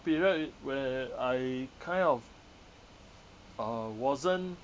period i~ where I kind of uh wasn't